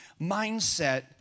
mindset